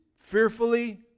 fearfully